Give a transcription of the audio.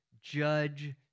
judge